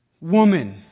woman